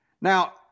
Now